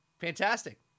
Fantastic